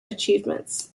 achievements